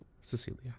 Cecilia